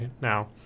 Now